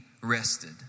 rested